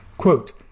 Quote